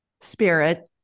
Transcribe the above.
Spirit